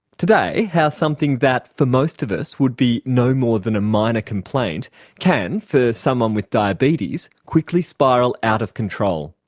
today, how something that for most of us would be no more than a minor complaint can, for someone with diabetes, quickly spiral out of control.